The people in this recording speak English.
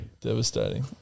Devastating